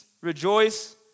rejoice